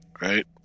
Right